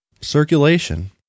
circulation